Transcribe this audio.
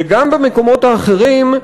וגם במקומות האחרים,